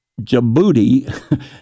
Djibouti